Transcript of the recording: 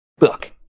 Look